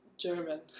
German